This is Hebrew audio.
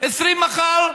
20 מחר,